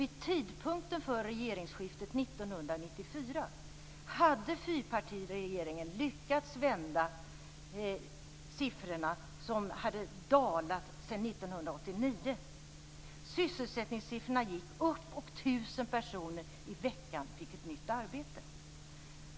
Vid tidpunkten för regeringsskiftet 1994 hade fyrpartiregeringen lyckats vända siffrorna, som hade dalat sedan 1989. Sysselsättningssiffrorna gick upp, och 1 000 personer i veckan fick nytt arbete.